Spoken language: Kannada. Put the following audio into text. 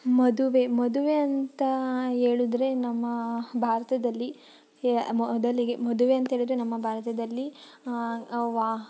ಮದುವೆ ಮದುವೆ ಅಂತ ಹೇಳುದ್ರೆ ನಮ್ಮ ಭಾರತದಲ್ಲಿ ಎ ಮೊದಲಿಗೆ ಮದುವೆ ಅಂತ ಹೇಳದ್ರೆ ಭಾರತದಲ್ಲಿ